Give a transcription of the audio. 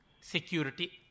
security